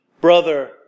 Brother